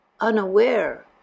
unaware